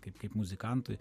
kaip kaip muzikantui